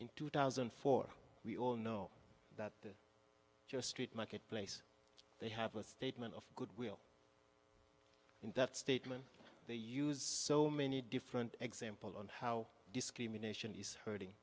in two thousand and four we all know that your street marketplace they have a statement of goodwill in that statement they use so many different example on how discrimination is hurting